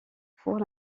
pour